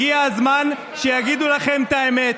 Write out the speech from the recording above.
הגיע הזמן שיגידו לכם את האמת: